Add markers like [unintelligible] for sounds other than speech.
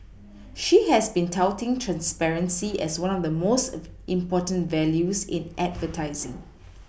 she has been touting transparency as one of the most [unintelligible] important values in advertising